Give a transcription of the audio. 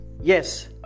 Yes